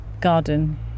garden